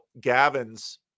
Gavin's